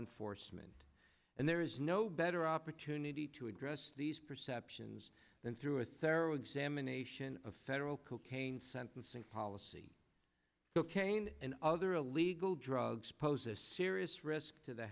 enforcement and there is no better opportunity to address these perceptions than through a thorough examination of federal cocaine sentencing policy will cain and other illegal drugs pose a serious risk to the